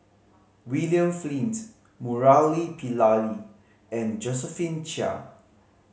William Flint Murali and Josephine Chia